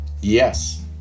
Yes